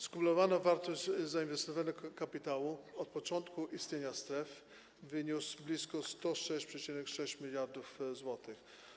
Skumulowana wartość zainwestowanego kapitału od początku istnienia stref wyniosła blisko 106,6 mld zł.